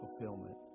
fulfillment